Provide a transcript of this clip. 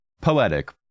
Poetic